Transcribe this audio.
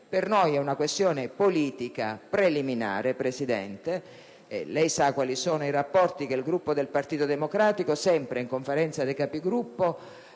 tratta di una questione politica preliminare, signor Presidente. Lei sa quali sono i rapporti che il Gruppo del Partito Democratico sempre in Conferenza dei Capigruppo